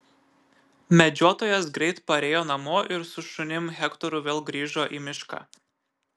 medžiotojas greit parėjo namo ir su šunim hektoru vėl grįžo į mišką